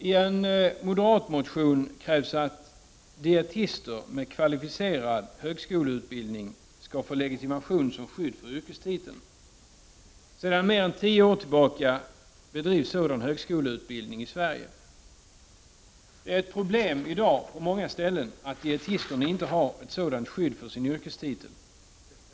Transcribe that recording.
I en moderatmotion krävs att dietister med kvalificerad högskoleutbildning skall få legitimation som skydd för yrkestiteln. Sedan mer än tio år tillbaka bedrivs sådan högskoleutbildning i Sverige. Det är i dag ett problem att dietisterna inte har ett sådant skydd för sin yrkestitel.